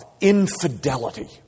infidelity